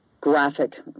graphic